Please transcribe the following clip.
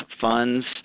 funds